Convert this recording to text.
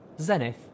Zenith